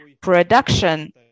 production